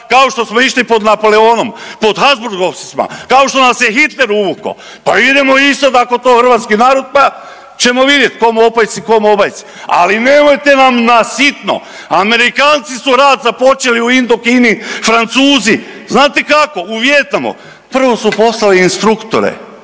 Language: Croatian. kao što smo išli pod Napoleonom, pod Habsburgovcima, kao što nas je Hitler uvukao, pa idemo i sad ako to hrvatski narod, pa ćemo vidjet kom opajci, kom obajci, ali nemojte nam na sitno, Amerikanci su rat započeli u Indokini, Francuzi, znate kako, u Vijetnamu, prvo su poslali instruktore,